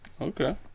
okay